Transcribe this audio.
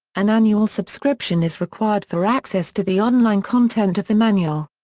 an annual subscription is required for access to the online content of the manual.